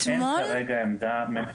אין כרגע עמדה --- אתמול?